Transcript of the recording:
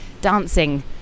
dancing